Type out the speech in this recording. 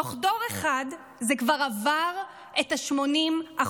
תוך דור אחד זה כבר עבר את ה-80%.